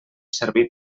servir